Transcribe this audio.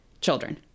children